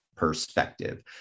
perspective